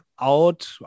out